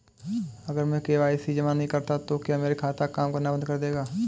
अगर मैं के.वाई.सी जमा नहीं करता तो क्या मेरा खाता काम करना बंद कर देगा?